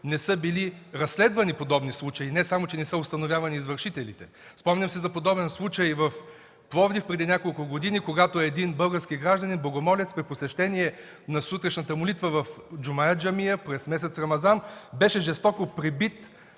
не са били разследвани подобни случаи, не само че не са установявани извършителите. Спомням си за подобен случай в Пловдив преди няколко години, когато един български гражданин – богомолец, при посещение на сутрешната молитва в Джумая джамия през месец Рамазан беше жестоко пребит,